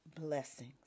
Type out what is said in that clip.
blessings